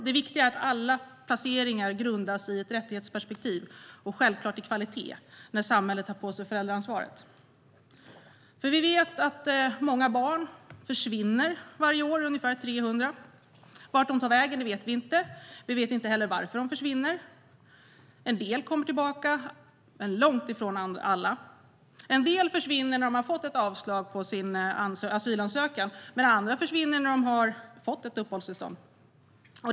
Det viktiga är att alla placeringar grundas i ett rättighetsperspektiv och självklart i kvalitet när samhället tar på sig föräldraansvaret. Vi vet att många barn, ungefär 300, försvinner varje år. Vart de tar vägen vet vi inte. Vi vet inte heller varför de försvinner. En del kommer tillbaka, men långt ifrån alla. En del barn försvinner när de har fått ett avslag på sin asylansökan medan andra barn som har fått ett uppehållstillstånd försvinner.